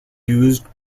used